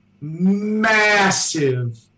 massive